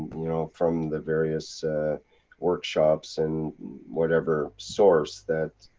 you know, from the various workshops and whatever source, that.